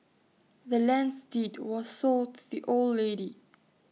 the land's deed was sold the old lady